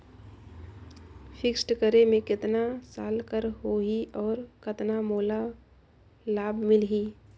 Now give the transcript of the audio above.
Fixed करे मे कतना साल कर हो ही और कतना मोला लाभ मिल ही?